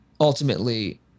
Ultimately